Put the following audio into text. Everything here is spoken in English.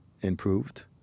improved